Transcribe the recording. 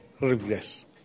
regress